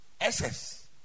SS